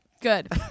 Good